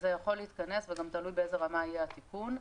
זה יכול להתכנס וגם תלוי באיזו רמה יהיה התיקון.